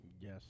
Yes